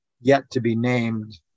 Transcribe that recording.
yet-to-be-named